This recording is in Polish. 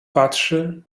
patrzy